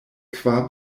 kvar